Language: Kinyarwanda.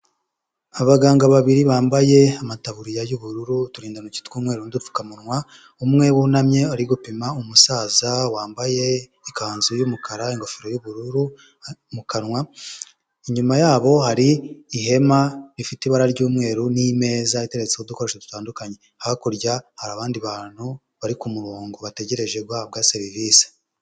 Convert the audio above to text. Abaganga babiri bambaye amataburiya y'ubururu, uturindantoki tw'umweru, n'udupfukamunwa, umwe wunamye ari gupima umusaza wambaye ikanzu y'umukara ingofero y'ubururu mu kanwa, inyuma yabo hari ihema rifite ibara ry'umweru n'imeza iteretseho udukoresho dutandukanye, hakurya hari abandi bantu bari ku murongo bategereje guhabwa serivisi.